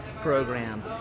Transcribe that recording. program